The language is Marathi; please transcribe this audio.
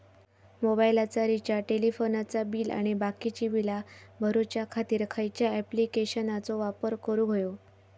मोबाईलाचा रिचार्ज टेलिफोनाचा बिल आणि बाकीची बिला भरूच्या खातीर खयच्या ॲप्लिकेशनाचो वापर करूक होयो?